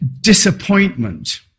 disappointment